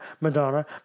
Madonna